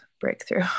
breakthrough